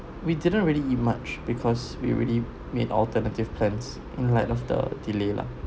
we didn't really eat much because we already made alternative plans in light of the delay lah